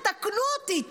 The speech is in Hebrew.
תתקנו אותי.